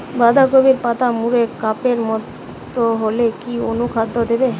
বাঁধাকপির পাতা মুড়ে কাপের মতো হলে কি অনুখাদ্য দেবো?